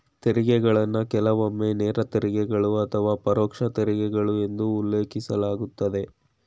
ತೆರಿಗೆಗಳನ್ನ ಕೆಲವೊಮ್ಮೆ ನೇರ ತೆರಿಗೆಗಳು ಅಥವಾ ಪರೋಕ್ಷ ತೆರಿಗೆಗಳು ಎಂದು ಉಲ್ಲೇಖಿಸಲಾಗುತ್ತದೆ